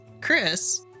Chris